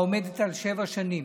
העומדת על שבע שנים.